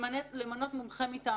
למנות מומחה מטעמו.